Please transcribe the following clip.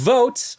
Vote